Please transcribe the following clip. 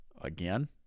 again